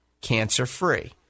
cancer-free